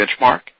Benchmark